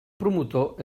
promotor